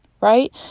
Right